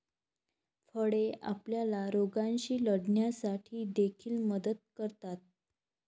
फळे आपल्याला रोगांशी लढण्यासाठी देखील मदत करतात